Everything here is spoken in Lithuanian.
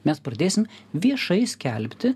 mes pradėsim viešai skelbti